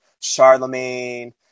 Charlemagne